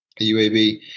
UAB